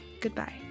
goodbye